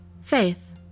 Faith